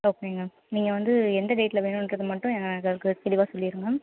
ஓகேங்க நீங்கள் வந்து எந்த டேட்ல வேணுன்றதை மட்டும் எங்களுக்கு தெளிவாக சொல்லிடுங்க